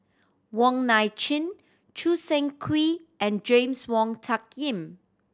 Wong Nai Chin Choo Seng Quee and James Wong Tuck Yim